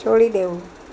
છોડી દેવું